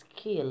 skill